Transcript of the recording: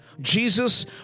Jesus